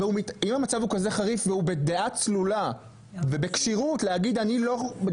אם המצב הוא כזה חריף והוא בדעה צלולה ובכשירות להגיד אני לא,